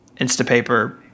Instapaper